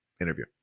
interview